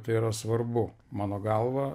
tai yra svarbu mano galva